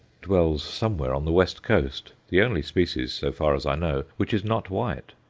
dwells somewhere on the west coast the only species, so far as i know, which is not white.